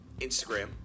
Instagram